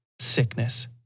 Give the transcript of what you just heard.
sickness